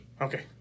Okay